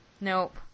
Nope